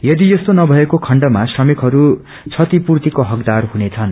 यदि यस्तो नभएको खण्डमा श्रमिकहरू क्षतिपूर्तिको हकदार हुनेछन्